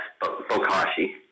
Bokashi